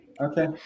okay